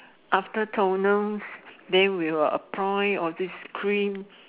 after toner then we will apply all these creams